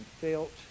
felt